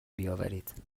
بیاورید